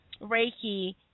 Reiki